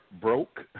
broke